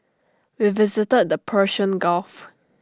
we visited the Persian gulf